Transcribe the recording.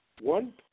one